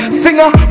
singer